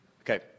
Okay